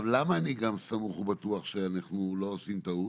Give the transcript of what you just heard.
למה אני גם סמוך ובטוח שאנחנו לא עושים טעות?